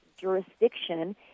jurisdiction